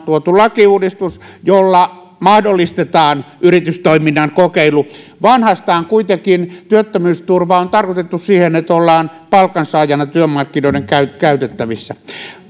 tuoneet lakiuudistuksen jolla mahdollistetaan yritystoiminnan kokeilu vanhastaan kuitenkin työttömyysturva on tarkoitettu siihen että ollaan palkansaajana työmarkkinoiden käytettävissä